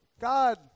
God